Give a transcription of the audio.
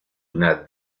una